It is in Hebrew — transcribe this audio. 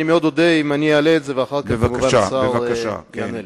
אני מאוד אודה אם אפשר שאני אעלה את זה ואחר כך השר יענה לי.